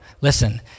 listen